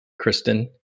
Kristen